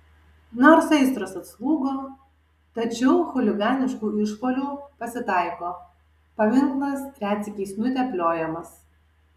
nors aistros atslūgo tačiau chuliganiškų išpuolių pasitaiko paminklas retsykiais nutepliojamas